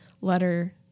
letter